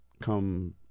come